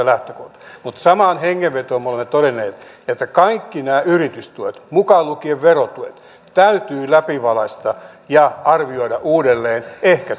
lähtökohta mutta samaan hengenvetoon me olemme todenneet että kaikki nämä yritystuet mukaan lukien verotuet täytyy läpivalaista ja arvioida uudelleen ehkä